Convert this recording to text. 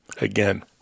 Again